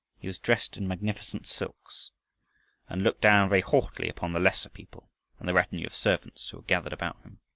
he was dressed in magnificent silks and looked down very haughtily upon the lesser people and the retinue of servants who were gathered about him.